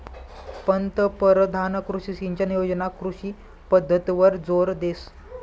पंतपरधान कृषी सिंचन योजना कृषी पद्धतवर जोर देस